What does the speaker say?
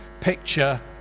picture